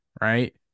right